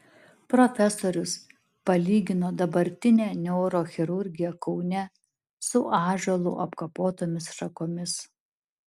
profesorius palygino dabartinę neurochirurgiją kaune su ąžuolu apkapotomis šakomis